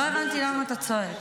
לא הבנתי למה אתה צועק.